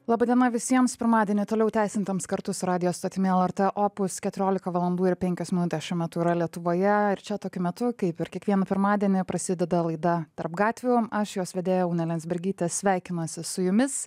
laba diena visiems pirmadienį toliau tęsiantiems kartu su radijo stotimi lrt opus keturiolika valandų ir penkios minutės šiuo metu yra lietuvoje ir čia tokiu metu kaip ir kiekvieną pirmadienį prasideda laida tarp gatvių aš jos vedėja ugnė liandsbergytė sveikinuosi su jumis